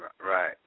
Right